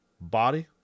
body